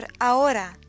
ahora